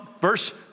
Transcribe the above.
verse